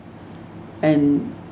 and